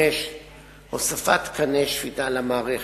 5. הוספת תקני שפיטה למערכת,